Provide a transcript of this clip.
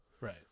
Right